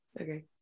Okay